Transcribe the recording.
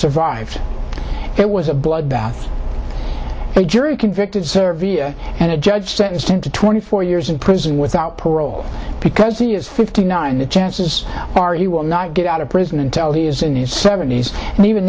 survived it was a bloodbath a jury convicted servia and a judge sentenced him to twenty four years in prison without parole because he is fifty nine the chances are he will not get out of prison until he is in his seventies and even